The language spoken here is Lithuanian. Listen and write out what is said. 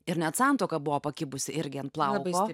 ir net santuoka buvo pakibusi irgi ant plauko